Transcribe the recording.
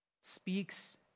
speaks